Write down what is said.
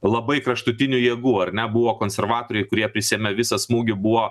labai kraštutinių jėgų ar ne buvo konservatoriai kurie prisiėmė visą smūgį buvo